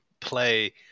play